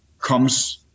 comes